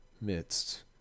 midst